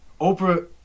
Oprah